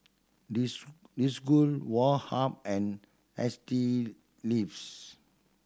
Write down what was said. Desigual Woh Hup and S T Ives